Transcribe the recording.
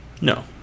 No